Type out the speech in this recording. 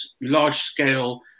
large-scale